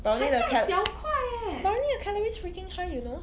brownie 的 cal~ brownie 的 calories freaking high you know